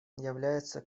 является